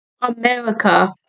America